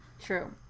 True